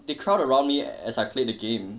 the crowd around me as I play the game